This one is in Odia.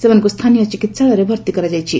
ସେମାନଙ୍କୁ ସ୍ରାନୀୟ ଚିକିହାଳୟରେ ଭର୍ତ୍ତି କରାଯାଇଛି